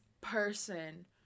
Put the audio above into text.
person